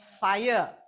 fire